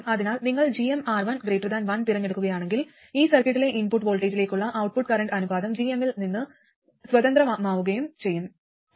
അതിനാൽ നിങ്ങൾ gmR11 തിരഞ്ഞെടുക്കുകയാണെങ്കിൽ ഈ സർക്യൂട്ടിലെ ഇൻപുട്ട് വോൾട്ടേജിലേക്കുള്ള ഔട്ട്പുട്ട് കറന്റ് അനുപാതം gm ൽ നിന്ന് സ്വതന്ത്രമാവുകയും ചെയ്യും